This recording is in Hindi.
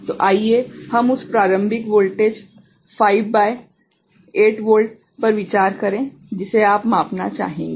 तो आइए हम उस प्रारंभिक वोल्टेज 5 भागित 8 वोल्ट पर विचार करें जिसे आप मापना चाहेंगे